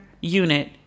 unit